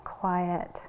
quiet